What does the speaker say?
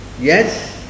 Yes